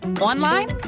online